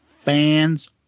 fans